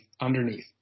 underneath